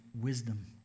wisdom